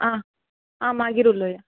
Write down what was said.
आं मागीर उलोवया